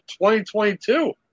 2022